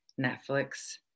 Netflix